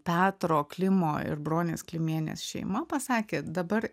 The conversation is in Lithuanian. petro klimo ir bronės klimienės šeima pasakė dabar